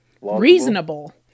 reasonable